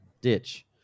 ditch